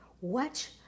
Watch